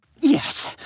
Yes